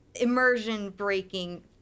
immersion-breaking